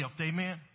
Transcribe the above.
Amen